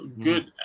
good